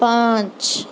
پانچ